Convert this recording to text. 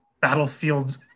battlefields